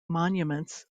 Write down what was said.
monuments